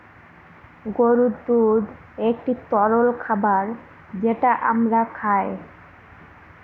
গরুর দুধ একটি তরল খাবার যেটা আমরা খায়